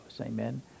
amen